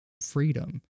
freedom